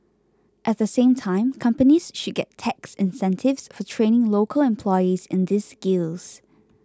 at the same time companies should get tax incentives for training local employees in these skills